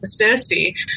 Cersei